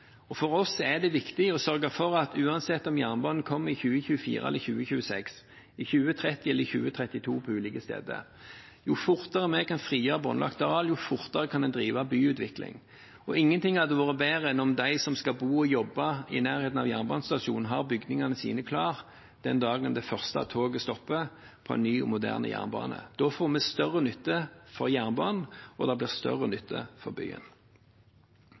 av. For oss er det viktig å sørge for at – uansett om jernbanen kommer i 2024 eller 2026, i 2030 eller 2032 på ulike steder – vi fort kan frigjøre båndlagte areal, for jo fortere kan en drive byutvikling. Ingenting hadde vært bedre enn om de som skal bo og jobbe i nærheten av jernbanestasjonen, har bygningene sine klare den dagen det første toget stopper på en ny og moderne jernbane. Da får vi større nytte av jernbanen og det blir til større nytte for